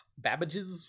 babbages